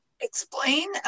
explain